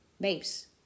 babes